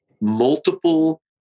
multiple